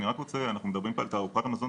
אנחנו מדברים פה על תערוכת המזון,